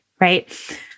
right